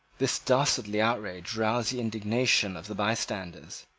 this dastardly outrage roused the indignation of the bystanders.